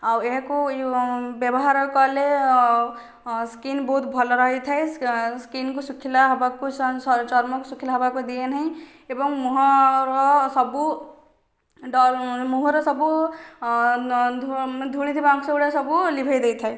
ଆଉ ଏହାକୁ ବ୍ୟବହାର କଲେ ସ୍କିନ୍ ବହୁତ ଭଲ ରହିଥାଏ ସ୍କିନ୍କୁ ଶୁଖିଲା ହେବାକୁ ଚର୍ମକୁ ଶୁଖିଲା ହେବାକୁ ଦିଏନାହିଁ ଏବଂ ମୁହଁର ସବୁ ମୁହଁର ସବୁ ଧୂଳିଥିବା ଅଂଶ ଗୁଡ଼ାକ ସବୁ ଲିଭାଇଦେଇଥାଏ